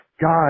God